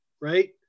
right